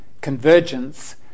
convergence